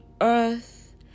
earth